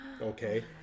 Okay